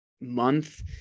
month